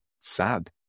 sad